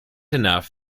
enough